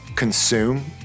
consume